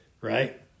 right